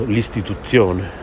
L'istituzione